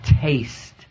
taste